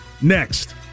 Next